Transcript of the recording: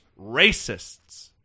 racists